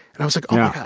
and i was like, oh, yeah